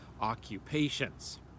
occupations